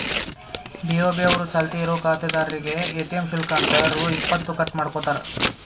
BOB ಅವರು ಚಾಲ್ತಿ ಇರೋ ಖಾತಾದಾರ್ರೇಗೆ ಎ.ಟಿ.ಎಂ ಶುಲ್ಕ ಅಂತ ರೊ ಇಪ್ಪತ್ತು ಕಟ್ ಮಾಡ್ಕೋತಾರ